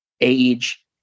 age